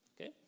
Okay